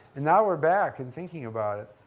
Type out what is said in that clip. and now, we're back and thinking about it.